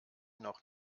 noch